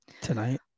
Tonight